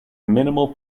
minimal